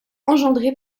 engendrés